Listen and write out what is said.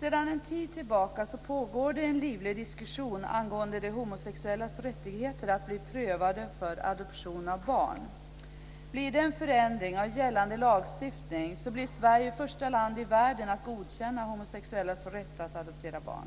Sedan en tid tillbaka pågår en livlig diskussion angående de homosexuellas rättigheter att bli prövade för adoption av barn. Blir det en förändring av gällande lagstiftning så blir Sverige det första land i världen att godkänna homosexuellas rätt att adoptera barn.